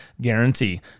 guarantee